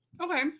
Okay